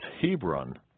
Hebron